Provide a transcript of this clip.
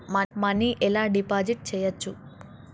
Money ఎలా deposit చేయచ్చు?